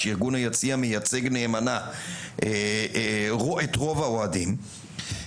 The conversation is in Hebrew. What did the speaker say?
שארגון היציע מייצג נאמנה את רוב האוהדים,